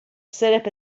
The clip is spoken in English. syrup